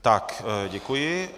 Tak, děkuji.